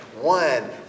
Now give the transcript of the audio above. one